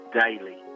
daily